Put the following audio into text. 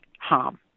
harm